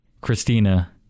Christina